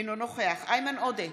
אינו נוכח איימן עודה,